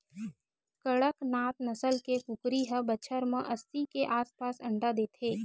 कड़कनाथ नसल के कुकरी ह बछर म अस्सी के आसपास अंडा देथे